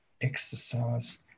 exercise